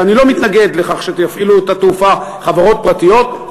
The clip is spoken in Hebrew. ואני לא מתנגד לכך שיפעילו את התעופה חברות פרטיות,